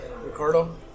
Ricardo